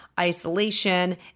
Isolation